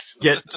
Get